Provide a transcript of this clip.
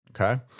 Okay